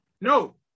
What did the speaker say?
No